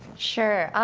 sure.